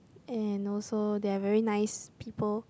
and also they are very nice people